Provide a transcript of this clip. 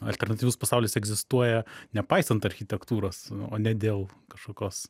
alternatyvus pasaulis egzistuoja nepaisant architektūros o ne dėl kažkokios